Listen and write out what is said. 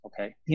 Okay